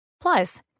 Plus